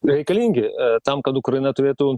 reikalingi tam kad ukraina turėtų